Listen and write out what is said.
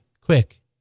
quick